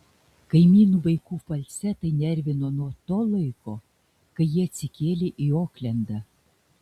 kaimynų vaikų falcetai nervino nuo to laiko kai jie atsikėlė į oklendą